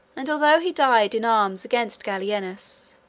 and although he died in arms against gallienus,